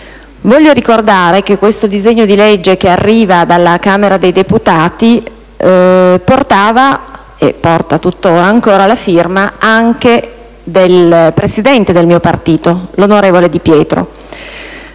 Vorrei ricordare che questo disegno di legge, che arriva dalla Camera dei deputati, portava e porta tuttora la firma anche del Presidente del mio partito, l'onorevole Di Pietro,